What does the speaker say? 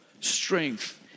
strength